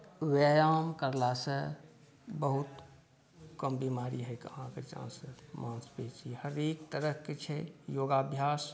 व्यायाम करलासँ बहुत कम बीमारी होइके अहाँके चान्स अछि भऽ सकैत छै हरेक तरहके छै योगाभ्यास